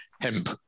hemp